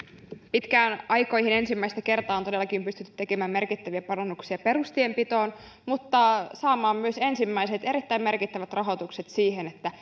pitkiin aikoihin ensimmäistä kertaa on todellakin pystytty tekemään merkittäviä parannuksia perustienpitoon mutta saamaan myös ensimmäiset erittäin merkittävät rahoitukset siihen että